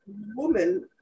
woman